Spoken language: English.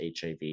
HIV